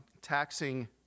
taxing